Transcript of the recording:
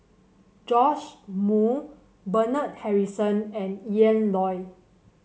Joash Moo Bernard Harrison and Ian Loy